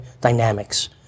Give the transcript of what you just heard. Dynamics